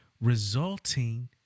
resulting